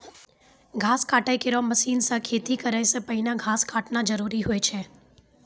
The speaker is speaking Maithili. घास काटै केरो मसीन सें खेती करै सें पहिने घास काटना जरूरी होय छै?